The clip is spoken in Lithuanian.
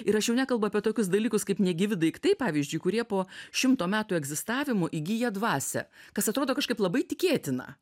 ir aš jau nekalbu apie tokius dalykus kaip negyvi daiktai pavyzdžiui kurie po šimto metų egzistavimo įgija dvasią kas atrodo kažkaip labai tikėtina